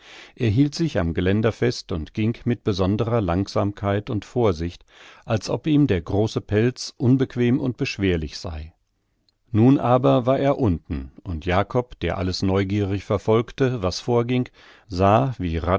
hielt sich am geländer fest und ging mit besonderer langsamkeit und vorsicht als ob ihm der große pelz unbequem und beschwerlich sei nun aber war er unten und jakob der alles neugierig verfolgte was vorging sah wie